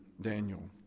Daniel